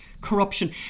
corruption